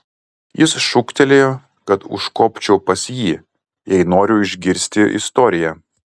jis šūktelėjo kad užkopčiau pas jį jei noriu išgirsti istoriją